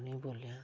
नी बोलेआं